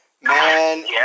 Man